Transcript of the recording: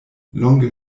longe